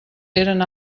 eren